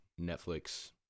netflix